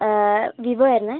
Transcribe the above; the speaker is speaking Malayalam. വിവോ ആയിരുന്നെ